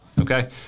okay